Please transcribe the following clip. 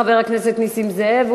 חבר הכנסת נסים זאב,